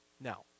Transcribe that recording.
Now